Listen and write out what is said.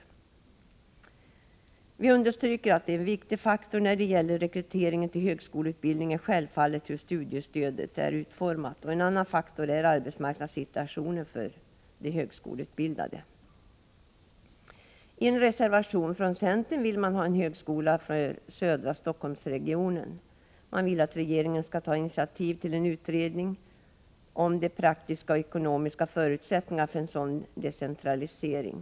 Men vi understryker att en viktig faktor när det gäller rekryteringen till högskoleutbildningen självfallet är hur studiestödet är utformat. En annan faktor är arbetsmarknadssituationen för de högskoleutbildade. I en reservation vill centern ha en högskola för södra Stockholmsregionen. Man vill att regeringen skall ta initiativ till en utredning om de praktiska och ekonomiska förutsättningarna för en sådan decentralisering.